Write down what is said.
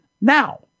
Now